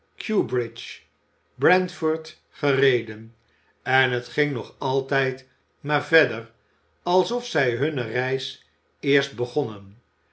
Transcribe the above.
brentf o r d gereden en het ging nog altijd maar verder alsof zij hunne reis eerst begonnen